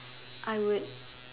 I would